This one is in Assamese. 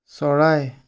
চৰাই